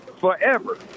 forever